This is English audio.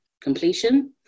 completion